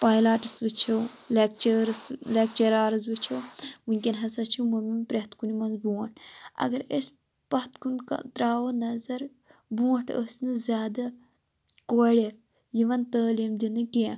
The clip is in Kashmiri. پوٚیلاٹٕس وُچھو لیٚکچٲرٕس لیٚکچرارٕس وُچھو ونکیٚن ہَسا چھِ وومیٚن پرٮ۪تھ کُنہِ منٛز بونٛٹھ اَگَر أسۍ پَتھ کُن تَراوو نَظَر بۄنٹھ ٲسۍ نہٕ زیادٕ کورِ یِوان تعلیم دِنہٕ کیٚنٛہہ